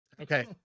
Okay